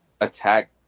attack